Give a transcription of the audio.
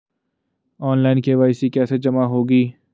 Online KYC कैसे जमा होगी?